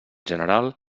general